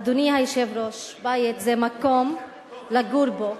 אדוני היושב-ראש, בית זה מקום לגור בו,